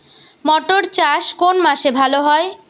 মটর চাষ কোন মাসে ভালো হয়?